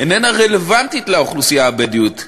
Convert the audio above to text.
איננה רלוונטית לאוכלוסייה הבדואית.